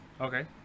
Okay